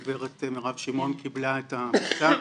הגב' מירב שמעון קיבלה את המכתב.